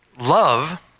Love